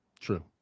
true